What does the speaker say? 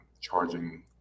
charging